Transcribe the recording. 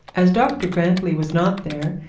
as dr grantly was not there,